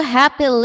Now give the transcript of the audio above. happy